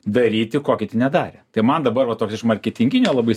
daryti ko kiti nedarė tai man dabar va toks iš marketinginio labai